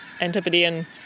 Antipodean